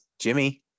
Jimmy